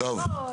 טוב.